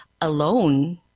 alone